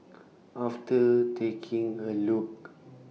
after taking A Look